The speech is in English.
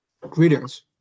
Greetings